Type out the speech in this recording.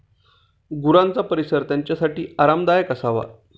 गुरांचा परिसर त्यांच्यासाठी आरामदायक असावा